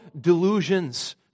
delusions